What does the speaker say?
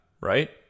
right